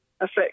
affect